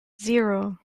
zero